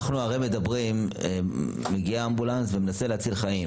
אנחנו הרי מדברים על כך שהגיע אמבולנס ומנסה להציל חיים,